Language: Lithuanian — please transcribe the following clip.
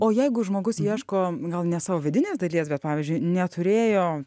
o jeigu žmogus ieško gal ne savo vidinės dalies bet pavyzdžiui neturėjo